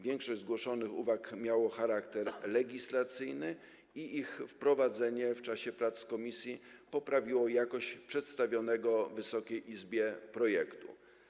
Większość zgłoszonych uwag miała charakter legislacyjny i ich wprowadzenie w czasie prac komisji poprawiło jakość przedstawionego Wysokiej Izbie projektu.